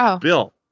Bill